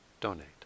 donate